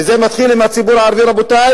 וזה מתחיל עם הציבור הערבי, רבותי,